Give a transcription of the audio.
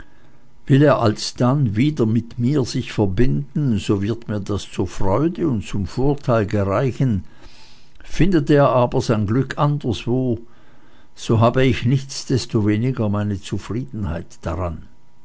will er alsdann sich wieder mit mir verbinden so wird das mir zur freude und zum vorteil gereichen findet er aber sein glück anderswo so habe ich nichtsdestoweniger meine zufriedenheit daran